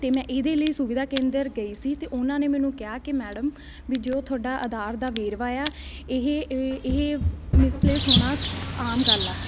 ਅਤੇ ਮੈਂ ਇਹਦੇ ਲਈ ਸੁਵਿਧਾ ਕੇਂਦਰ ਗਈ ਸੀ ਅਤੇ ਉਹਨਾਂ ਨੇ ਮੈਨੂੰ ਕਿਹਾ ਕਿ ਮੈਡਮ ਵੀ ਜੋ ਤੁਹਾਡਾ ਆਧਾਰ ਦਾ ਵੇਰਵਾ ਆ ਇਹ ਇਹ ਮਿਸਪਲੇਸ ਹੋਣਾ ਆਮ ਗੱਲ ਆ